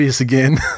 again